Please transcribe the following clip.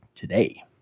today